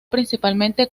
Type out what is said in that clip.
principalmente